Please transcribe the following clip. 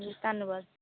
ਜੀ ਧੰਨਵਾਦ